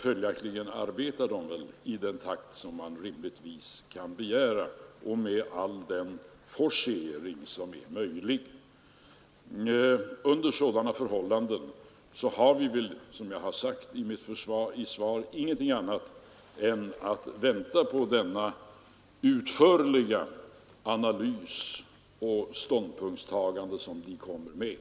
Följaktligen arbetar väl utredningen i den takt man rimligtvis kan begära och med all den forcering som är möjlig. Under sådana förhållanden har vi, som jag sagt i mitt svar, ingenting annat att göra än att vänta på den utförliga analys och det ståndpunktstagande som utredningen kommer att göra.